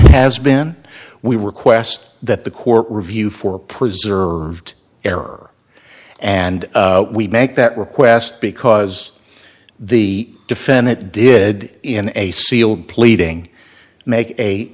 has been we were quests that the court review for preserved error and we make that request because the defendant did in a sealed pleading make a